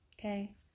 Okay